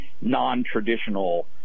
non-traditional